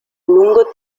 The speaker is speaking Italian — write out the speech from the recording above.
lungo